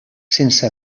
sense